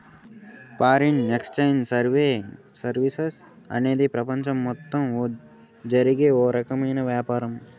foreign exchange services అనేది ప్రపంచం మొత్తం జరిగే ఓ రకమైన వ్యాపారం